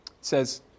says